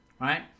right